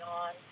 on